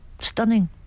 stunning